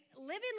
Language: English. living